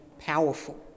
powerful